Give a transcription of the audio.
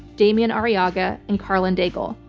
damian arriaga, and karlyn daigle.